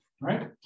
Right